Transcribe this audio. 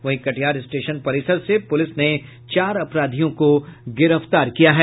वहीं कटिहार स्टेशन परिसर से पुलिस ने चार अपराधियों को गिरफ्तार किया है